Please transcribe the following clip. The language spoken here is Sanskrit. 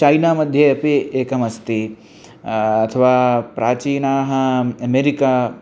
चैनामध्ये अपि एकमस्ति अथवा प्राचीनाः अमेरिका